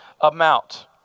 amount